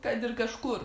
kad ir kažkur